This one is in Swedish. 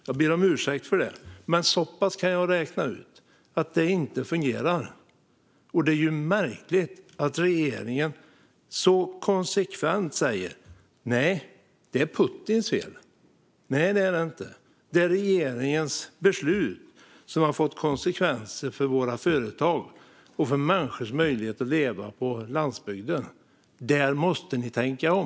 Jag ber om ursäkt för det, men jag kan räkna så pass mycket att jag ser att det inte fungerar. Det är märkligt att regeringen konsekvent säger att det är Putins fel. Nej, det är det inte. Det är regeringens beslut som har fått konsekvenser för våra företag och för människors möjligheter att leva på landsbygden. Där måste regeringen tänka om.